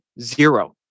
zero